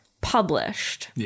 published